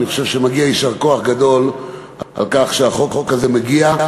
אני חושב שמגיע יישר כוח גדול על כך שהחוק הזה מגיע.